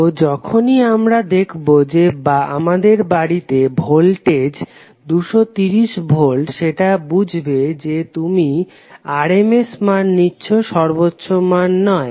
তো যখনই আমরা দেখবো যে আমাদের বাড়িতে ভোল্টেজ 230 ভোল্ট সেটা বোঝাবে যে তুমি RMS মান নিচ্ছো সর্বোচ্চ মান নয়